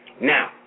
Now